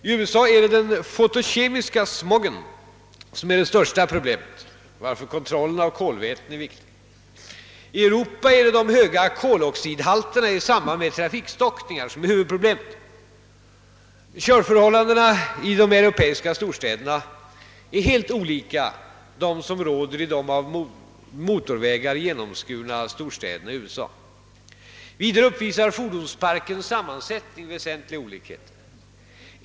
I USA är det den fotokemiska smogen som är det största problemet, varför kontrollen av kolväten är viktig. I Europa är det de höga koloxidhalterna i samband med trafikstockningar som är huvudproblemet. Körförhållandena i de europeiska storstäderna är helt olika dem som råder i de av motorvägar genomskurna storstäderna i USA. Vidare uppvisar fordonsparkens sammansättning väsentliga olikheter.